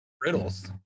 Riddles